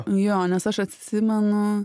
jo nes aš atsimenu